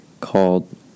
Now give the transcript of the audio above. called